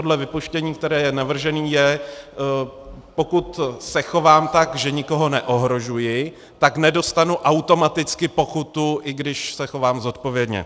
Tohle vypuštění, které je navržené, je, že pokud se chovám tak, že nikoho neohrožuji, tak nedostanu automaticky pokutu, i když se chovám zodpovědně.